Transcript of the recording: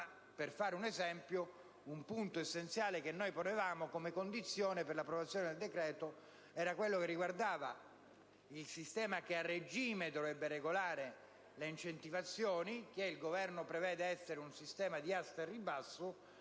solo un esempio. Un punto essenziale che ponevamo come condizione per l'approvazione del decreto riguardava il sistema che, a regime, dovrebbe regolare le incentivazioni, e che il Governo prevede essere di aste al ribasso.